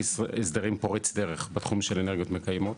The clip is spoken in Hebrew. הסדרים פורץ דרך בתחום של אנרגיות מקיימות.